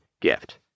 gift